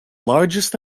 largest